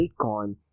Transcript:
Bitcoin